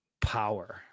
power